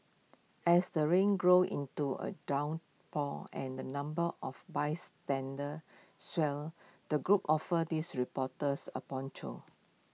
as the rain grew into A downpour and the number of bystanders swelled the group offered this reporters A poncho